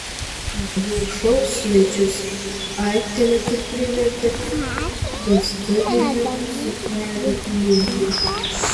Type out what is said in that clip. madų šou svečius aiktelėti privertė vestuvinių suknelių linija